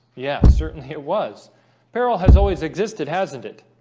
yes, certainly. it was peril has always existed. hasn't it?